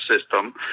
system